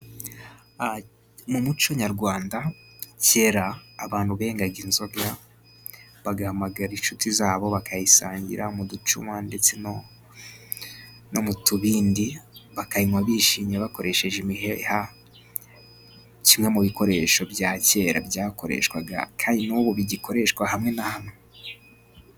Mu muco nyarwanda, kera abantu bengagaga inzoga, bagahamagara inshuti zabo bakayisangira mu ducuma ndetse no mu tubindi, bakayinywa bishimye bakoresheje imiheha; kimwe mu bikoresho bya kera byakoreshwaga kandi n'ubu bigikoreshwa hamwe na hamwe.